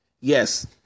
Yes